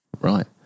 Right